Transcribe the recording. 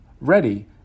ready